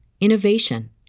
innovation